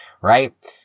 right